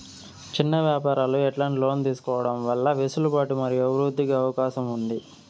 చిన్న వ్యాపారాలు ఎట్లాంటి లోన్లు తీసుకోవడం వల్ల వెసులుబాటు మరియు అభివృద్ధి కి అవకాశం ఉంది?